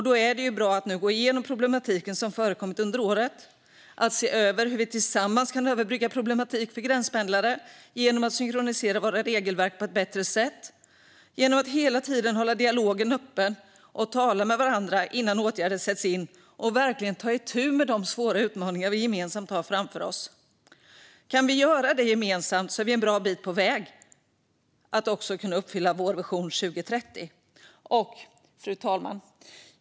Då är det bra att nu gå igenom den problematik som förekommit under året och se över hur vi tillsammans kan överbrygga problematik för gränspendlare genom att synkronisera våra regelverk på ett bättre sätt. Det kan vi göra genom att hela tiden hålla dialogen öppen och tala med varandra innan åtgärder sätts in och verkligen ta itu med de svåra utmaningar vi gemensamt har framför oss. Kan vi göra det gemensamt är vi en bra bit på väg att också kunna uppfylla Vår vision 2030. Fru talman!